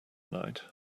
night